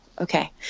okay